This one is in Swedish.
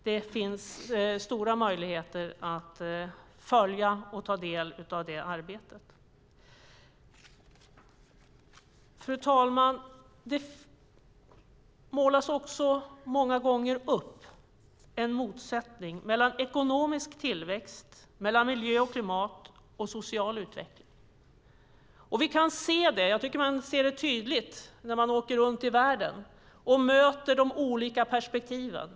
Det finns stora möjligheter att följa och ta del av arbetet. Fru talman! Det målas många gånger upp en motsättning mellan ekonomisk tillväxt, miljö och klimat och social utveckling. Jag tycker att man ser det tydligt när man åker runt i världen och möter de olika perspektiven.